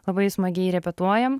labai smagiai repetuojam